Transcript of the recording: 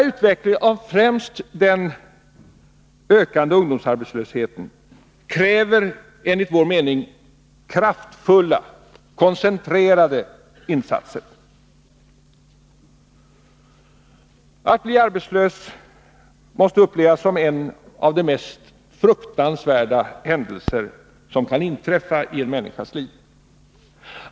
Utvecklingen när det gäller främst den ökade ungdomsarbetslösheten kräver enligt vår mening kraftfulla, koncentrerade insatser. Att bli arbetslös måste upplevas som en av de mest fruktansvärda händelser som kan inträffa i en människas liv.